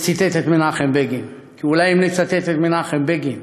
שציטט את מנחם בגין, כי אולי אם נצטט את מנחם בגין